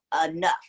enough